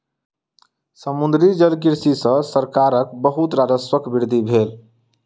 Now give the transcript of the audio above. समुद्री जलकृषि सॅ सरकारक बहुत राजस्वक वृद्धि भेल